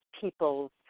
peoples